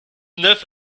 neuf